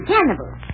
Cannibals